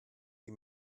die